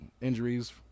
injuries